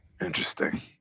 Interesting